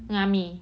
amin